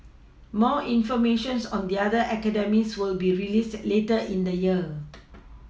more information on the other academies will be released later in the year